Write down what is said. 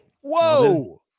Whoa